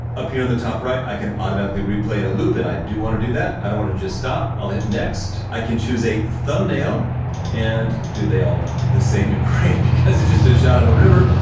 up here on the top right, i can automatically replay in a loop and i do want to do that. i want to just stop, i'll hit next. i can choose a thumbnail and do they all look the same ingrained because it's just a shot of a river.